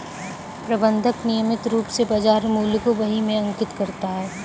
प्रबंधक नियमित रूप से बाज़ार मूल्य को बही में अंकित करता है